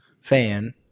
fan –